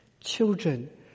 Children